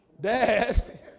Dad